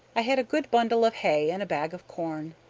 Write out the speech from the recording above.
i had a good bundle of hay and a bag of corn.